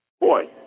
Boy